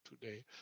today